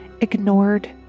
ignored